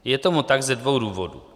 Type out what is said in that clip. Je tomu tak ze dvou důvodů.